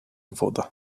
woda